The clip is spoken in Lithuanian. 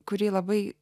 kurį labai